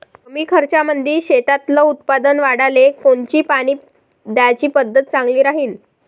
कमी खर्चामंदी शेतातलं उत्पादन वाढाले कोनची पानी द्याची पद्धत चांगली राहीन?